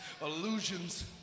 illusions